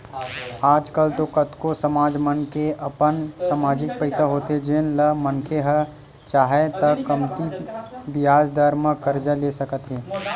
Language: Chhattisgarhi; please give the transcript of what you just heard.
आज कल तो कतको समाज मन के अपन समाजिक पइसा होथे जेन ल मनखे ह चाहय त कमती बियाज दर म करजा ले सकत हे